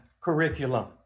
curriculum